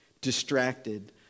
distracted